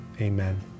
amen